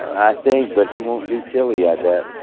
i think. but he won't do chili, i bet.